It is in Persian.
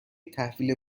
تحویل